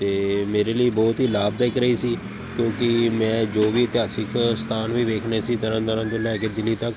ਅਤੇ ਮੇਰੇ ਲਈ ਬਹੁਤ ਹੀ ਲਾਭਦਾਇਕ ਰਹੀ ਸੀ ਕਿਉਂਕਿ ਮੈਂ ਜੋ ਵੀ ਇਤਿਹਾਸਿਕ ਸਥਾਨ ਵੀ ਵੇਖਣੇ ਸੀ ਤਰਨ ਤਾਰਨ ਤੋਂ ਲੈ ਕੇ ਦਿੱਲੀ ਤੱਕ